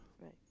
Right